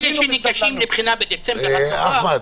אלה שניגשים לבחינה בדצמבר השנה,